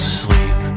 sleep